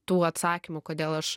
tų atsakymų kodėl aš